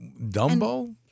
Dumbo